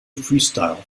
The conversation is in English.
freestyle